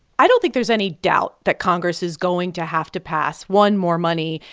i don't think there's any doubt that congress is going to have to pass one, more money,